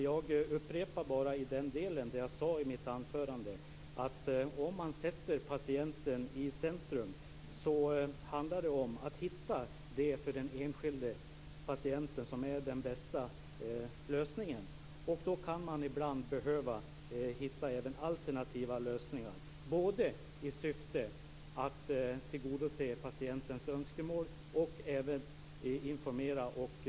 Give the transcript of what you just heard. Jag upprepar bara det som jag sade i mitt anförande. Om man sätter patienten i centrum handlar det om att hitta det som är den bästa lösningen för den enskilde patienten. Då kan man ibland behöva ta till även alternativa lösningar i syfte att tillgodose både patientens önskemål och patientens informationsbehov.